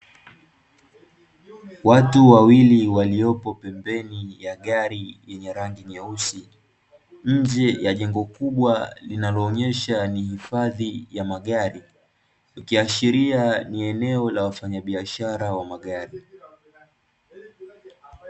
Watu wawili, waliopo pembeni ya gari yenye rangi nyeusi, nje ya jengo kubwa linalo onesha ni hifadhi ya magari. Likiashiria ni eneo la wafanya biashara wa magari.